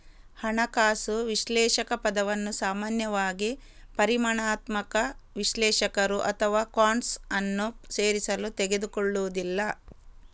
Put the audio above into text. ಹಣಕಾಸು ವಿಶ್ಲೇಷಕ ಪದವನ್ನು ಸಾಮಾನ್ಯವಾಗಿ ಪರಿಮಾಣಾತ್ಮಕ ವಿಶ್ಲೇಷಕರು ಅಥವಾ ಕ್ವಾಂಟ್ಸ್ ಅನ್ನು ಸೇರಿಸಲು ತೆಗೆದುಕೊಳ್ಳುವುದಿಲ್ಲ